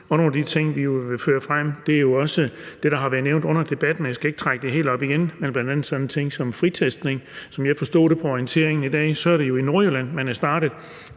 Nogle af de ting, vi vil fremføre, handler jo også om dem, der har været nævnt under debatten, så jeg skal ikke trække det hele op igen, men blot nævne bl.a. sådan en ting som fritestning, og der forstod jeg orienteringen i dag sådan, at det jo er i Nordjylland, man er startet